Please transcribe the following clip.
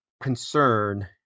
concern